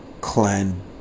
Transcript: clan